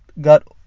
got